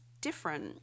different